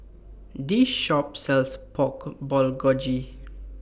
This Shop sells Pork Bulgogi